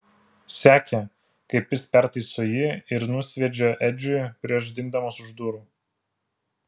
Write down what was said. sekė kaip jis pertaiso jį ir nusviedžia edžiui prieš dingdamas už durų